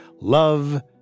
love